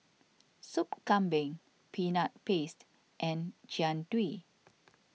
Soup Kambing Peanut Paste and Jian Dui